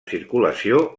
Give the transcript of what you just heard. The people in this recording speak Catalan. circulació